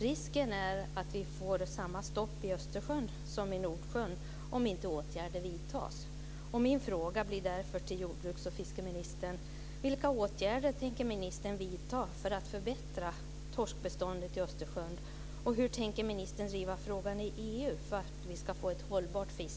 Risken är att vi får samma stopp i Östersjön som i Nordsjön om inte åtgärder vidtas.